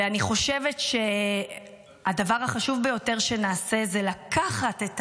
ואני חושבת שהדבר החשוב ביותר שנעשה זה לקחת את